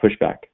pushback